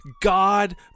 God